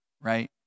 right